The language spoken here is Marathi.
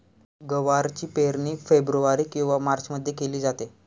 गवारची पेरणी फेब्रुवारी किंवा मार्चमध्ये केली जाते